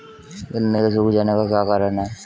गन्ने के सूख जाने का क्या कारण है?